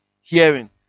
hearing